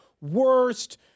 worst